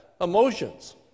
emotions